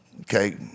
okay